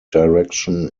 direction